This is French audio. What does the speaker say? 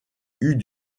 eût